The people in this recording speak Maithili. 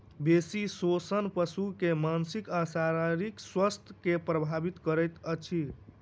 बेसी शोषण पशु के मानसिक आ शारीरिक स्वास्थ्य के प्रभावित करैत अछि